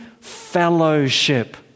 fellowship